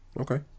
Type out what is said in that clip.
Okay